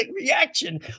reaction